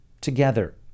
Together